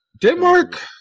Denmark